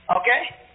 Okay